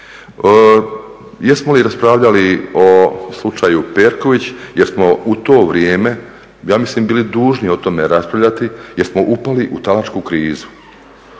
Jesmo li raspravljali o slučaju Perković jer smo u to vrijeme ja mislim bili dužni o tome raspravljati, jer smo upali u talačku krizu